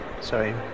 sorry